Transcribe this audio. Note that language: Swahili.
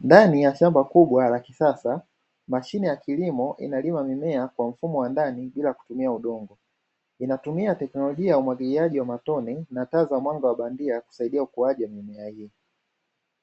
Ndani ya shamba kubwa la kisasa mashine ya kilimo inalima mimea kwa mfumo wa ndani bila kutumia udongo inatumia teknolojia ya umwagiliaji wa matone na taa za mwanga wa bandia kusaidia ukuaji wa mimea hiyo,